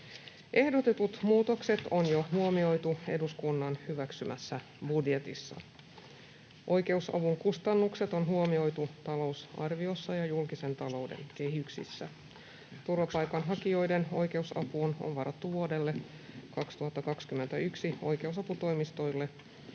Ehdotetut muutokset on jo huomioitu eduskunnan hyväksymässä budjetissa. Oikeusavun kustannukset on huomioitu talousarviossa ja julkisen talouden kehyksissä. Turvapaikanhakijoiden oikeusapuun on varattu vuodelle 2021 oikeusaputoimistoille